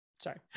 Sorry